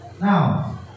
Now